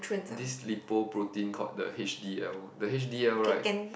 this lipoprotein called the h_d_l the h_d_l right